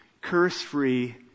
curse-free